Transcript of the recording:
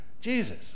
Jesus